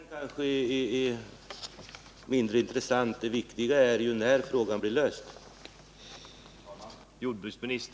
Herr talman! Själva modellen är kanske mindre intressant; det viktiga är ju när frågan blir löst.